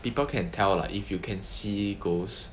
people can tell lah if you can see ghosts